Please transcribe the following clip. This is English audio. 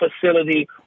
facility